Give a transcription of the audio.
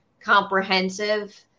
comprehensive